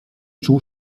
czuł